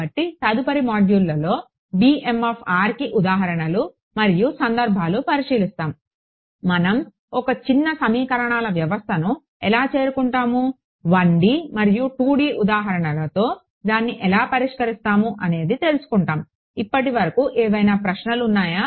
కాబట్టి తదుపరి మాడ్యూల్స్లో కి ఉదాహరణలు మరియు సందర్భాలు పరిశీలిస్తాము మనం ఒక చిన్న సమీకరణాల వ్యవస్థను ఎలా చేరుకుంటాము 1 D మరియు 2 D ఉదాహరణలతో దాన్ని ఎలా పరిష్కరిస్తాము అనేది తెలుసుకుంటాము ఇప్పటివరకు ఏవైనా ప్రశ్నలు ఉన్నాయి